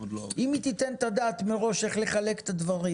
אם תיתן אפשרות לדעת מראש איך לחלק את הדברים